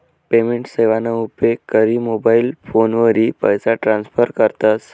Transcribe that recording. payment सेवाना उपेग करी मोबाईल फोनवरी पैसा ट्रान्स्फर करतस